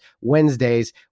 Wednesdays